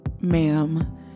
ma'am